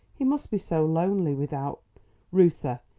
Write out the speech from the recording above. he must be so lonely without reuther,